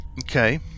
Okay